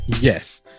Yes